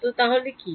তো তাহলে কী